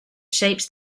shapes